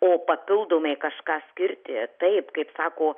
o papildomai kažką skirti taip kaip sako